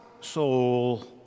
soul